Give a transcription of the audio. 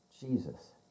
Jesus